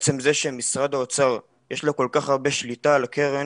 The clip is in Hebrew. עצם זה שלמשרד האוצר יש כל כך הרבה שליטה על הקרן